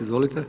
Izvolite.